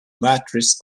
matrix